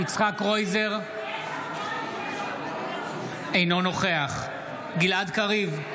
קרויזר, אינו נוכח גלעד קריב,